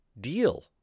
deal